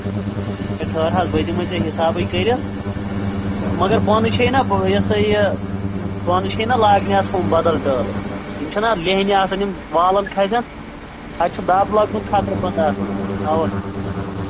ہے ٹھٕہَر حظ بہٕ دِمَے ژےٚ حِسابٕے کٔرِتھ مہ مَگر بۄنہٕ چھَے نہ بہٕ یہِ سا یہِ بۄنہٕ چھَے نہ لاگنہِ اَتھ ہُم بدل ٹٲلہٕ یِم چھےٚ نہ لینی آسان یِم والان کھَسَن اَتہِ چھُ دَب لَگنُک خطرٕ پَتہٕ آسان اَوا